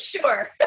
Sure